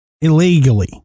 illegally